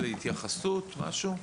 להתייחסות, משהו?